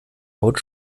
haut